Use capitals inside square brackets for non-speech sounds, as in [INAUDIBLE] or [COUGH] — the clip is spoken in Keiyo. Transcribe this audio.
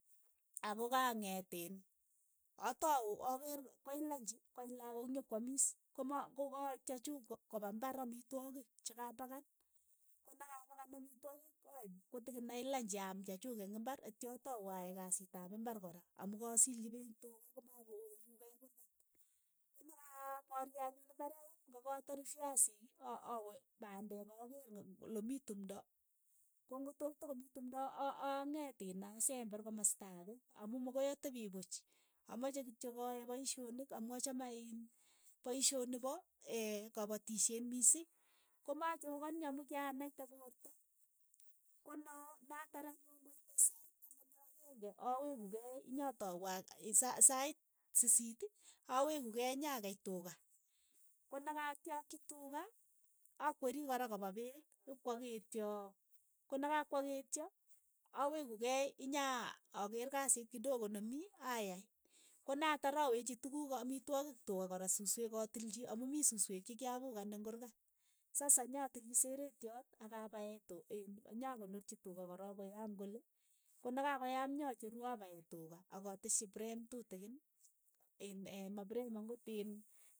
Ako kang'et iin atau akeer koit lanji koit lakook nyokwamis, koma kokaip chechuuk ko- kopa imbar amitwogik cha kapakan, konakapakan amitwogik aip kotikin kait lanchi aam chechuuk eng imbar etyo atau aai kasit ap imbar kora, amu kasilchi peek tuka komakoweku kei kuurkat, ko na ka apaarye anyun imbaret ng'o katare fiasiik, a- awe pandek akeer ng olemii tumndo ko ang'ot to to komii tumndo, [HESITATION] angeet iin asember komasta, amu mokoi atepii puch, amache kityok aae paishonik amu achame iin paishoni pa [HESITATION] kapatishet mising, komachokani amu kyanaite poorto, ko no natar anyun koite sait taman ak akeng'e aweku kei nyatau [UNINTELLIGIBLE] sait sisiit aweku kei nyakei tuka, konakatyakchi tuka akweri kora kopa peek, ipkwakeetio konakakwaketio, aweku kei nyaakeer kasit kidogo nemii, ayai, konatar awechi tukuuk amitwogik tuka kora susweek atilchi amu mii susweek che kyapukaan eng' kuurkat, sasa nyatilchi seretiot akapae tuk iin anyakonorchi tuka korook koyaam kole, ko nakakoyaam nyacheru apae tuka, akateshi preem tutikiin iin [HESITATION] mapreem ang'ot iin.